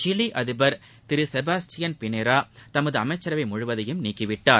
Chile அதிபர் Thiru Sebastian Pinera தமது அமைச்சரவை முழுவதையும் நீக்கிவிட்டார்